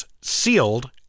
sealed